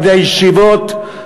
בני הישיבות,